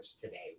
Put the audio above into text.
today